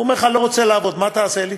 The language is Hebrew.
הוא אומר לך: אני לא רוצה לעבוד, מה תעשה לי?